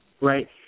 right